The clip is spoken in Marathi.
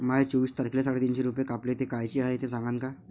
माये चोवीस तारखेले साडेतीनशे रूपे कापले, ते कायचे हाय ते सांगान का?